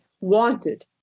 wanted